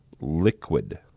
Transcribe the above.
liquid